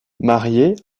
mariée